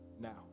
now